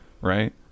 right